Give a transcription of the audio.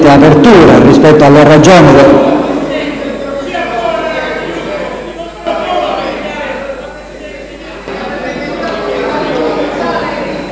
apertura rispetto alle ragioni